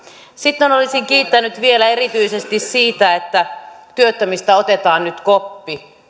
sitten olisin kiittänyt vielä erityisesti siitä että työttömistä otetaan nyt koppi